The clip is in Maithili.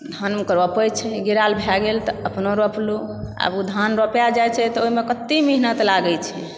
धानके रोपय छै बिरार भए गेल तऽ अपनो रोपलहुँ आब ओ धान रोपय जाइत छै तऽ ओहिमे कतय मेहनत लागैत छै